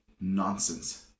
nonsense